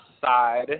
side